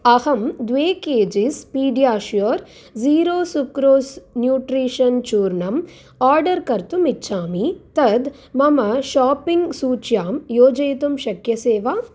अहं द्वे K Gs PediaSure zero sucrose nutrition चूर्णम् आर्डर् कर्तुम् इच्छामि तत् मम शाप्पिङ्ग् सूच्यां योजयितुं शक्यसे वा